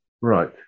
Right